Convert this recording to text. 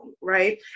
right